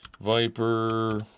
Viper